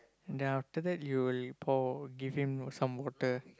then after that you will pour give him some water